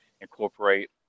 incorporate